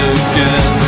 again